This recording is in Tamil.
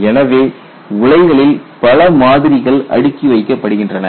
எனவே உலைகளில் பல மாதிரிகள் அடுக்கி வைக்கப்படுகின்றன